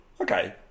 okay